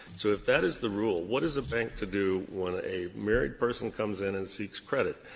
so if that is the rule, what is a bank to do when a married person comes in and seeks credit?